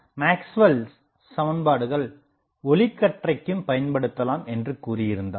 மேக்ஸ்வெல்Maxwell's சமன்பாடுகள் ஒளிக்கற்றைக்கும் பயன்படுத்தலாம் என்றுகூறியிருந்தார்